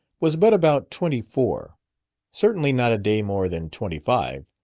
was but about twenty-four certainly not a day more than twenty-five.